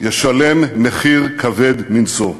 ישלם מחיר כבד מנשוא.